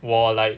我 like